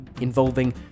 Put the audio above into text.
involving